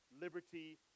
liberty